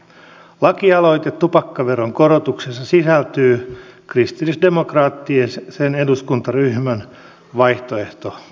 laki aloite tupakkaveron korotuksesta sisältyy kristillisdemokraattisen eduskuntaryhmän vaihtoehtobudjettiin